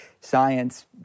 science